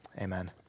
amen